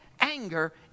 anger